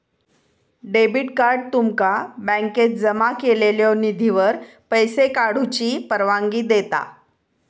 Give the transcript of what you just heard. debit card तुमका बँकेत जमा केलेल्यो निधीवर पैसो काढूची परवानगी देता